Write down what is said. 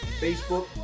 Facebook